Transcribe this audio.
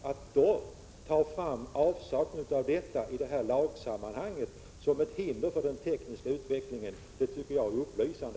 Att man i det här lagsammanhanget tar fram avsaknaden av råd och anvisningar som ett hinder för den tekniska utvecklingen tycker jag är upplysande.